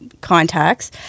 contacts